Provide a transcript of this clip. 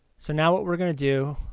so now what we are going to do,